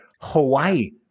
Hawaii